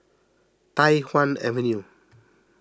Tai Hwan Avenue